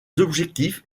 objectifs